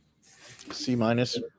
C-minus